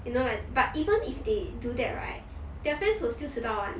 you know like but even if they do that right their friends will still 迟到 [one]